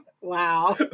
Wow